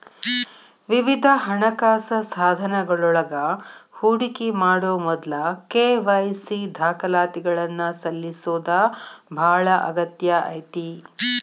ವಿವಿಧ ಹಣಕಾಸ ಸಾಧನಗಳೊಳಗ ಹೂಡಿಕಿ ಮಾಡೊ ಮೊದ್ಲ ಕೆ.ವಾಯ್.ಸಿ ದಾಖಲಾತಿಗಳನ್ನ ಸಲ್ಲಿಸೋದ ಬಾಳ ಅಗತ್ಯ ಐತಿ